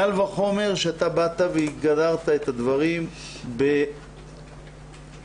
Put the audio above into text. קל וחומר כשגדרת את הדברים